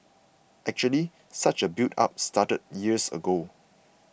actually such a buildup started years ago